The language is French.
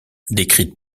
décrite